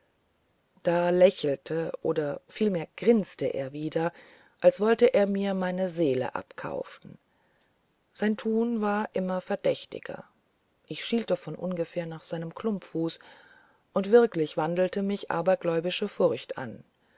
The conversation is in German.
da lächelte oder vielmehr grinsete er wieder als wollte er mir meine seele abkaufen sein tun war immer verdächtiger ich schielte von ungefähr nach seinem klumpfuß und wirklich wandelte mich abergläubische furcht an